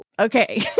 okay